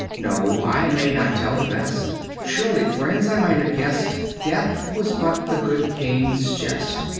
no i may not tell the best surely, friends, i might have guessed death was but the good king's jest,